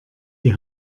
die